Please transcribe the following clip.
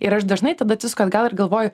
ir aš dažnai tada atsisuku atgal ir galvoju